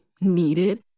needed